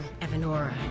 evanora